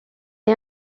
est